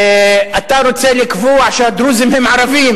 אתה רוצה לקבוע שהדרוזים הם ערבים,